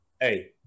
hey